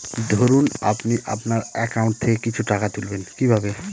ধরুন আপনি আপনার একাউন্ট থেকে কিছু টাকা তুলবেন কিভাবে?